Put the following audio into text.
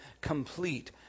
complete